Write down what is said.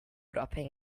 dropping